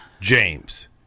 James